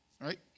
Right